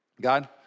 God